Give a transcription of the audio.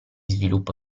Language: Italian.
sviluppo